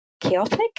chaotic